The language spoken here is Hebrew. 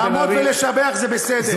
לעמוד ולשבח זה בסדר,